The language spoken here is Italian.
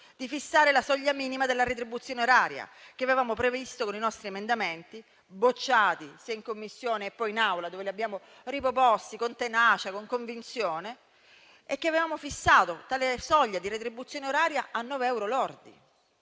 di fissare la soglia minima della retribuzione oraria. Con i nostri emendamenti, respinti sia in Commissione che in Aula, dove li abbiamo riproposti con tenacia e con convinzione, avevamo previsto di fissare tale soglia di retribuzione oraria a 9 euro lordi.